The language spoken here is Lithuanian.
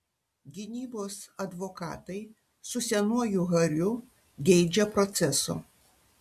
gynybos advokatai su senuoju hariu geidžia proceso